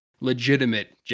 legitimate